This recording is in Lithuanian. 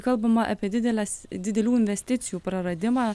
kalbama apie dideles didelių investicijų praradimą